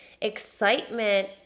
excitement